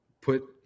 put